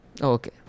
Okay